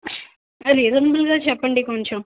రీజన్బుల్గా చెప్పండి కొంచెం